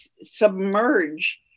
submerge